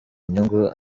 inyungu